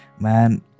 Man